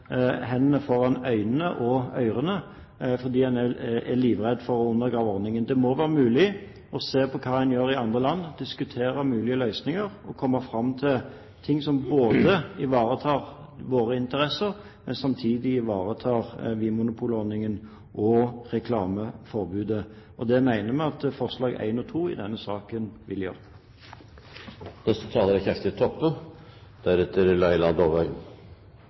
og ører. Det må være mulig å se på hva en gjør i andre land, diskutere mulige løsninger og komme fram til ting som både ivaretar våre interesser og ivaretar vinmonopolordningen og reklameforbudet. Det mener vi at forslagene nr. 1 og 2 i denne saken vil